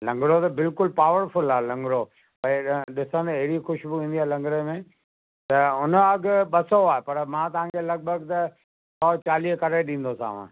लगंड़ो त बिल्कुलु पावरफ़ुल आहे लगंड़ो भई ॾिसंदे अहिड़ी ख़ुशबू ईंदी आहे लगंड़े में पर उनजो अघि ॿ सौ आहे मां तव्हांखे लॻभॻि त सौ चालीहे करे ॾींदोसाव